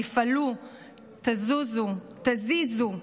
תפעלו, תזוזו, תזיזו.